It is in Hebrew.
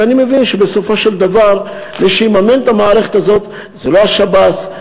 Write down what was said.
אני מבין שבסופו של דבר מי שיממן את המערכת הזאת זה לא השב"ס.